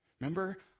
Remember